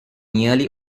nearly